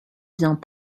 vient